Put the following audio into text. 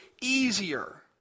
easier